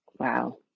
Wow